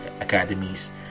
academies